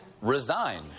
Resign